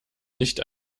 nicht